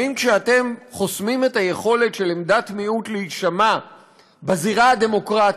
האם כשאתם חוסמים את היכולת של עמדת מיעוט להישמע בזירה הדמוקרטית,